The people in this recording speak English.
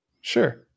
Sure